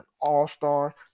all-star